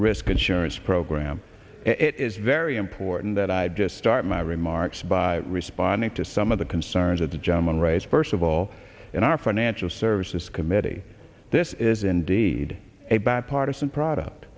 risk insurance program it is very important that i just start my remarks by responding to some of the concerns that the gentleman raised first of all in our financial services committee this is indeed a bipartisan product